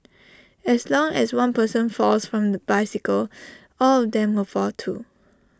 as long as one person falls from the bicycle all of them will fall too